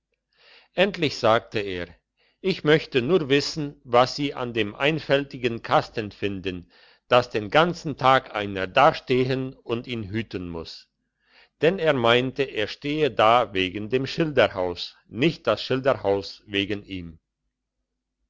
endlich sagte er ich möchte nur wissen was sie an dem einfältigen kasten finden dass den ganzen tag einer dastehen und ihn hüten muss denn er meinte er stehe da wegen dem schilderhaus nicht das schilderhaus wegen ihm